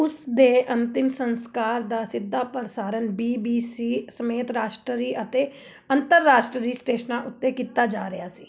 ਉਸ ਦੇ ਅੰਤਿਮ ਸੰਸਕਾਰ ਦਾ ਸਿੱਧਾ ਪ੍ਰਸਾਰਣ ਬੀ ਬੀ ਸੀ ਸਮੇਤ ਰਾਸ਼ਟਰੀ ਅਤੇ ਅੰਤਰਰਾਸ਼ਟਰੀ ਸਟੇਸ਼ਨਾਂ ਉੱਤੇ ਕੀਤਾ ਜਾ ਰਿਹਾ ਸੀ